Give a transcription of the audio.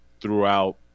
throughout